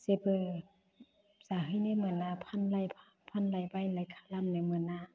जेबो जाहैनो मोना फानलाय फानलाय बायलाय खालामनो मोना